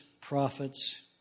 prophets